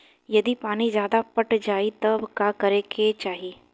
यदि पानी ज्यादा पट जायी तब का करे के चाही?